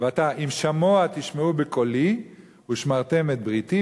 ועתה אם שמוע תשמעו בקֹלי ושמרתם את בריתי,